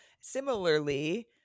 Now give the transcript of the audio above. Similarly